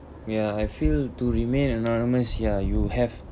ya I feel to remain anonymous ya you have